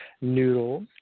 noodles